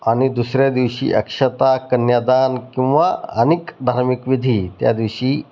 आणि दुसऱ्या दिवशी अक्षता कन्यादान किंवा आणिक धार्मिक विधी त्या दिवशी